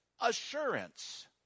assurance